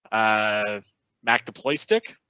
a map to play stick.